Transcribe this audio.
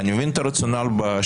אני מבין את הרציונל בשימוע,